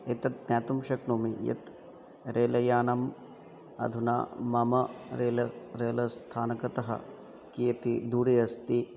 एतत् ज्ञातुं शक्नोमि यत् रेल यानम् अधुना मम रेल रेल स्थानकतः कियती दूरे अस्ति